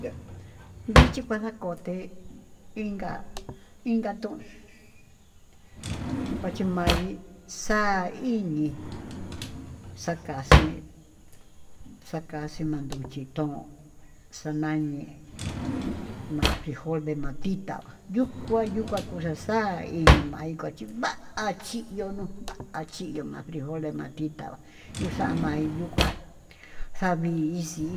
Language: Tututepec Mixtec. Yá vichí kaxakoté, inka inka tuun kuachi mai xa'a hí iñi xakaxhii xakaxhi mayun yitón uu xonañe'e, ma'a frijól de matitá yukua yukua yukaxa'a ta'a iki mai chuku'u va'a achiyuu nuu va'a achiyó yo frijol de matitá, yuu xa'a mayuká xavixhi